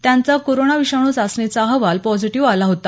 त्यांचा कोरोना विषाणू चाचणीचा अहवाल पॉझिटिव्ह आला होता